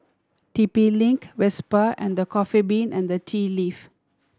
T P Link Vespa and The Coffee Bean and Tea Leaf